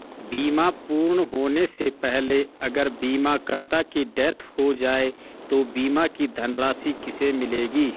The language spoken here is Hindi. बीमा पूर्ण होने से पहले अगर बीमा करता की डेथ हो जाए तो बीमा की धनराशि किसे मिलेगी?